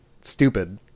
stupid